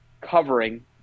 covering